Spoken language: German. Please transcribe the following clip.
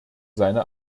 seine